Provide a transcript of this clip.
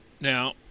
Now